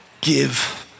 give